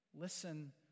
Listen